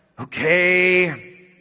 okay